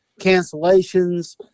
cancellations